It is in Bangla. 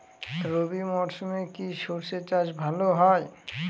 রবি মরশুমে কি সর্ষে চাষ ভালো হয়?